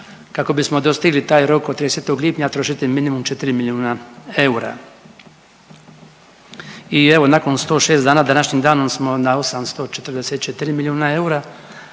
kako bismo dostigli taj rok do 30. lipnja trošiti minimum 4 milijuna eura. I evo nakon 106 dana s današnjim danom smo na 844 milijuna eura,